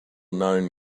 know